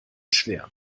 schwer